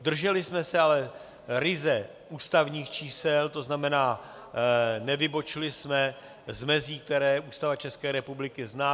Drželi jsme se ale ryze ústavních čísel, to znamená, nevybočili jsme z mezí, které Ústava České republiky zná.